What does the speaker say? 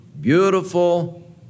beautiful